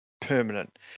permanent